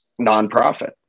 nonprofit